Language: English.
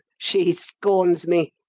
she scorns me!